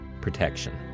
protection